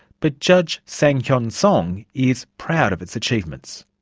but judge sang-hyun song is proud of its achievements.